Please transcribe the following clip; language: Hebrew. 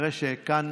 וכנראה שכאן